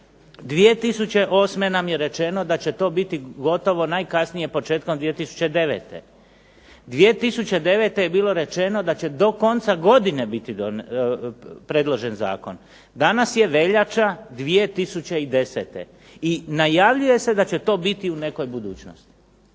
2008. nam je rečeno da će to biti gotovo najkasnije početkom 2009., 2009. je bilo rečeno da će do konca godine biti predložen zakon. Danas je veljača 2010. i najavljuje se da će to biti u nekoj budućnosti.